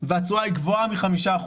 שהתשואה היא גבוהה מ-5%,